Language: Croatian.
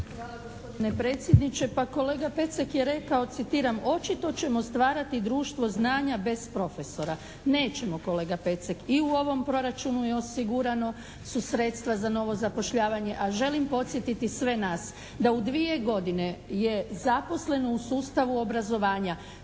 Hvala gospodine predsjedniče. Pa kolega Pecek je rekao, citiram: "Očito ćemo stvarati društvo znanja bez profesora." Nećemo, kolega Pecek. I u ovom proračunu je osigurano su sredstva za novo zapošljavanje, a želim podsjetiti sve nas da u dvije godine je zaposleno u sustavu obrazovanja